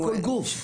כמו כל גוף.